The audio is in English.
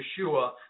Yeshua